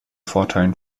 vorteilen